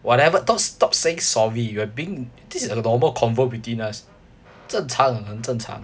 whatever stop stop saying sorry you are being this is a normal convo between us 正常很正常